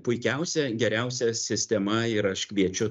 puikiausia geriausia sistema ir aš kviečiu